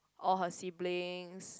all her siblings